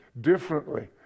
differently